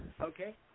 okay